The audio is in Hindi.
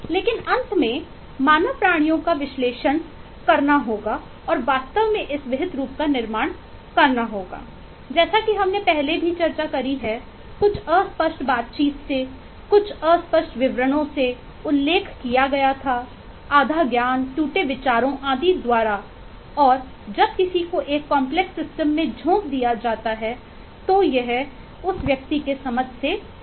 लेकिन अंत में मानव प्राणियों का विश्लेषण करना होगा और वास्तव में इस विहित रूप का निर्माण करना होगा जैसा कि हमने पहले भी चर्चाकरी हैं कुछ अस्पष्ट बातचीत से कुछ अस्पष्ट विवरणों से उल्लेख किया गया था आधा ज्ञान टूटे विचारों आदि द्वारा और जब किसी को एक कॉम्प्लेक्स सिस्टम में झोक दिया जाता है तो यह जाता है उस व्यक्ति की समझ से परे